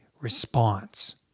response